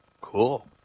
Cool